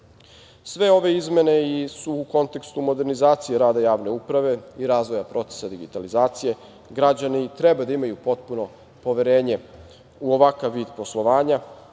ove izmene su u kontekstu modernizacije rada javne uprave i razvoja procesa digitalizacije. Građani treba da imaju potpuno poverenje u ovakav vid poslovanja